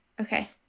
Okay